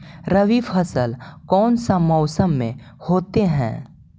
रवि फसल कौन सा मौसम में होते हैं?